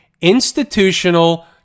institutional